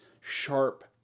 sharp